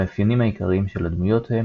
המאפיינים העיקריים של הדמויות הם